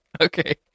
Okay